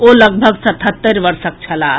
ओ लगभग सतहत्तरि वर्षक छलाह